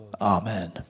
Amen